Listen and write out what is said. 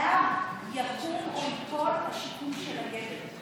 עליו יקום או ייפול השיקום של הילד.